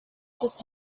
just